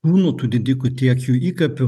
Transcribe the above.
kūnų tų didikų tiek jų įkapių